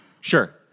Sure